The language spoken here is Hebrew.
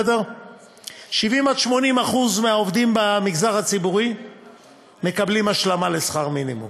70% 80% מהעובדים במגזר הציבורי מקבלים השלמה לשכר מינימום.